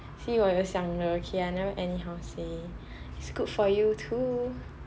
see 我有想你的 okay don't anyhow say it's good for you too